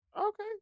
Okay